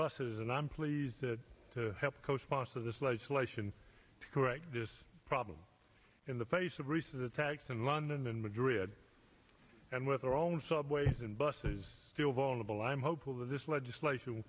buses and i'm pleased to help co sponsor this legislation to correct this problem in the face of recent attacks in london and madrid and with our own subways and buses still vulnerable i'm hopeful that this legislation